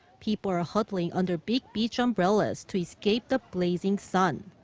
people are ah huddling under big beach umbrellas, to escape the blazing sun.